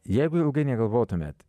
jeigu ilgai negalvotumėt